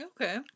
Okay